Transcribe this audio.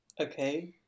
Okay